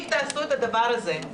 אם תעשו את הדבר הזה,